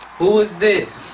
who is this?